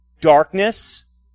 darkness